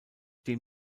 dem